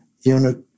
unit